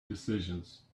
decisions